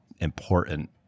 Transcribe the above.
important